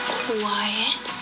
quiet